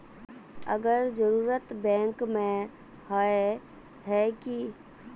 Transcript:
अगर जरूरत बैंक में होय है की?